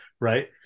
right